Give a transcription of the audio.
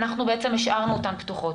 אנחנו בעצם השארנו אותן פתוחות.